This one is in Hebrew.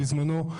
בזמנו.